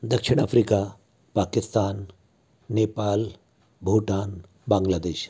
दक्षिण अफरीका पाकिस्तान नेपाल भूटान बांग्लादेश